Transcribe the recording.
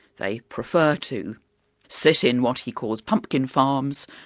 they prefer to sit in what he calls pumpkin farms,